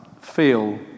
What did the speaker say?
feel